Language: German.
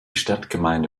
stadtgemeinde